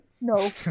No